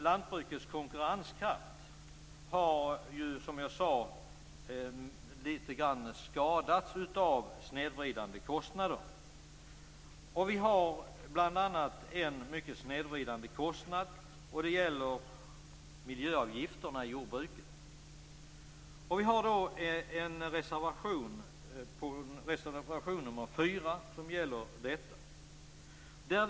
Lantbrukets konkurrenskraft har som jag tidigare sade skadats litet grand av snedvridande kostnader. Det finns bl.a. en mycket snedvridande kostnad, och det är miljöavgifterna i jordbruket. Vi har avgett en reservation, nr 4, som gäller detta.